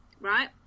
right